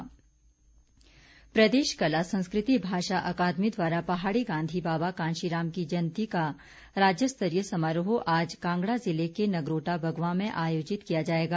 जयंती प्रदेश कला संस्कृति भाषा अकादमी द्वारा पहाड़ी गांधी बाबा काशीराम की जयंती का राज्यस्तरीय समारोह आज कांगड़ा ज़िले के नगरोटा बगवां में आयोजित किया जाएगा